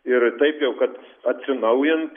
ir taip jau kad atsinaujint